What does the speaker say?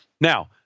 Now